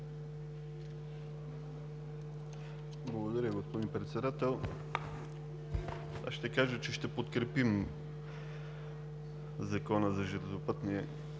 Благодаря Ви, господин Председател. Аз ще кажа, че ще подкрепим Закона за железопътния